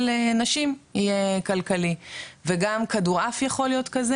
נשים יהיה כלכלי וגם כדורעף יכול להיות כזה